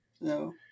No